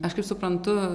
aš kaip suprantu